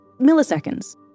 milliseconds